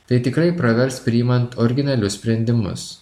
tai tikrai pravers priimant originalius sprendimus